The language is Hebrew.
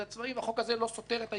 והחוק הזה לא סותר את העיקרון הזה.